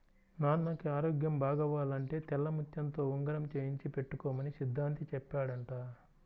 నాన్నకి ఆరోగ్యం బాగవ్వాలంటే తెల్లముత్యంతో ఉంగరం చేయించి పెట్టుకోమని సిద్ధాంతి చెప్పాడంట